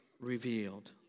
revealed